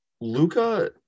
Luca